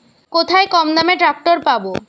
কোথায় কমদামে ট্রাকটার পাব?